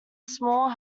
small